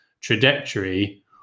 trajectory